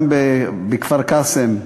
גם בכפר-קאסם,